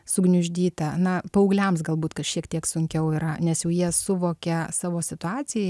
sugniuždytą na paaugliams galbūt kas šiek tiek sunkiau yra nes jau jie suvokia savo situaciją